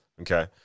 okay